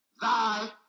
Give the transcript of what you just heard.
thy